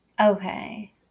Okay